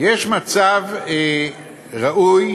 יש מצב ראוי,